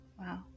Wow